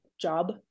job